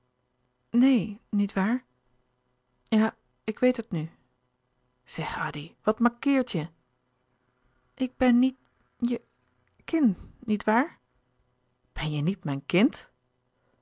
neen niet waar ja ik weet het nu zeg addy wat mankeert je ik ben niet je kind niet waar louis couperus de boeken der kleine zielen ben je niet mijn kind